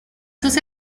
sus